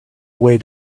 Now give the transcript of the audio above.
way